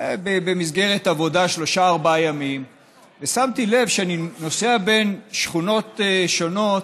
במסגרת עבודה שלושה-ארבעה ימים ושמתי לב שכשאני נוסע בין שכונות שונות,